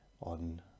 on